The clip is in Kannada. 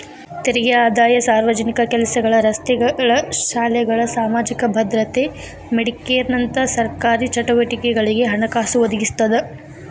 ತೆರಿಗೆ ಆದಾಯ ಸಾರ್ವಜನಿಕ ಕೆಲಸಗಳ ರಸ್ತೆಗಳ ಶಾಲೆಗಳ ಸಾಮಾಜಿಕ ಭದ್ರತೆ ಮೆಡಿಕೇರ್ನಂತ ಸರ್ಕಾರಿ ಚಟುವಟಿಕೆಗಳಿಗೆ ಹಣಕಾಸು ಒದಗಿಸ್ತದ